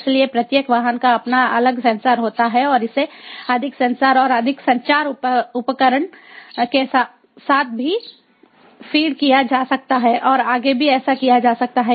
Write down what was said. इसलिए प्रत्येक वाहन का अपना अलग सेंसर होता है और इसे अधिक सेंसर और अधिक संचार उपकरण के साथ भी फीड किया जा सकता है और आगे भी ऐसा किया जा सकता है